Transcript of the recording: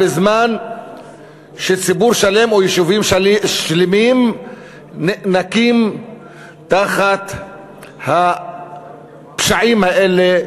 בזמן שציבור שלם או יישובים שלמים נאנקים תחת הפשעים האלה,